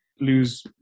lose